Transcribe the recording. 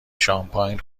شانپاین